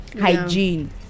hygiene